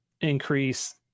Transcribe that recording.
increase